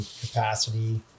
capacity